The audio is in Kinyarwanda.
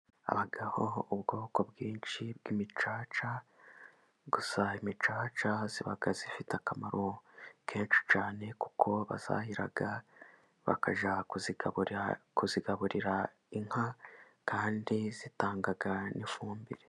Habaho ubwoko bwinshi bw'imicaca, gusa imicaca iba ifite akamaro kenshi cyane kuko bayahira, bakajya kuyigaburira inka kandi itanga n'ifumbire.